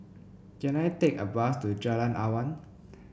can I take a bus to Jalan Awan